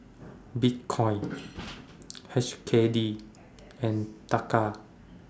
Bitcoin H K D and Taka